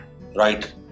right